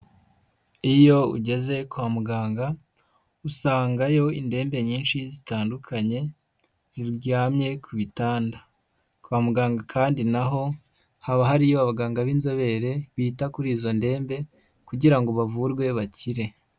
Iyo ugeze kwa muganga, usangayo indembe nyinshi zitandukanye, ziryamye ku bitanda, kwa muganga kandi na ho haba hariyo abaganga b'inzobere, bita kuri izo ndembe kugira ngo bavurwe bakire.